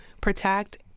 protect